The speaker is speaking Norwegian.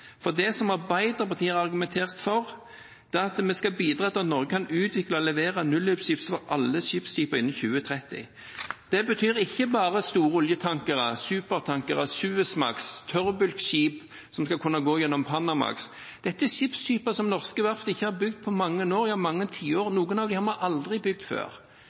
Det som Arbeiderpartiet har argumentert for, er at vi skal bidra til at Norge kan utvikle og levere nullutslippsskip for alle skipstyper innen 2030. Det betyr ikke bare store oljetankere, supertankere, Suezmax, tørrbulkskip som skal kunne gå gjennom Panamakanalen. Dette er skipstyper som norske verft ikke har bygd på mange år – ja mange tiår – og noen av dem har vi aldri bygd før.